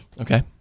Okay